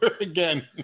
again